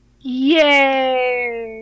yay